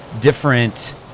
different